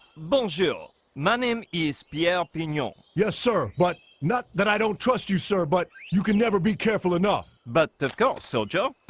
bong chill my name is pierre ah pinyon yes, sir, but not that i don't trust you sir, but you can never be careful enough but that girl so jo